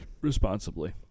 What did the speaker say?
responsibly